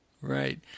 right